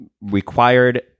required